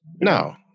No